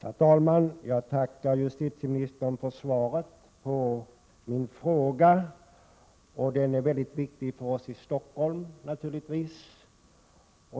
Herr talman! Jag tackar justitieministern för svaret på min fråga. Det är naturligtvis en väldigt viktig fråga för oss i Stockholm.